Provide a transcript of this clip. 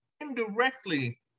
indirectly